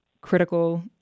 critical